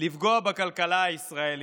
לפגוע בכלכלה הישראלית,